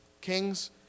Kings